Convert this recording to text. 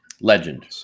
Legend